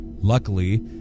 Luckily